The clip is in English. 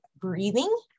breathing